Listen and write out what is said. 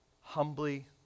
Humbly